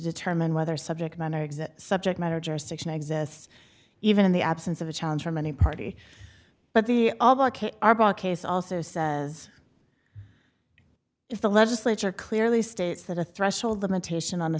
determine whether subject subject matter jurisdiction exists even in the absence of a challenge from any party but the case also says if the legislature clearly states that a threshold limitation on the